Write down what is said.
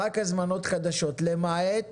למעט